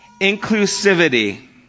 inclusivity